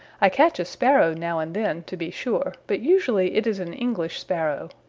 i catch a sparrow now and then, to be sure, but usually it is an english sparrow,